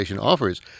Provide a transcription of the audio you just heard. offers